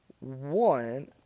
One